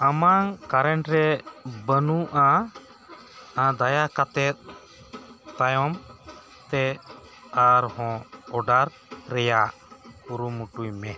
ᱟᱢᱟᱜ ᱠᱟᱨᱚᱴ ᱨᱮ ᱵᱟᱹᱱᱩᱜᱼᱟ ᱫᱟᱭᱟ ᱠᱟᱛᱮᱫ ᱛᱟᱭᱚᱢᱛᱮ ᱟᱨ ᱦᱚᱸ ᱚᱰᱟᱨ ᱨᱮᱱᱟᱜ ᱠᱩᱨᱩᱢᱩᱴᱩᱭ ᱢᱮ